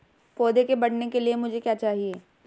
पौधे के बढ़ने के लिए मुझे क्या चाहिए?